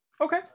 Okay